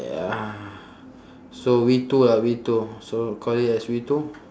ya so we too lah we too so call it as we too